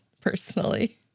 personally